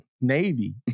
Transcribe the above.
Navy